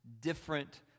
different